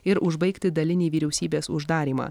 ir užbaigti dalinį vyriausybės uždarymą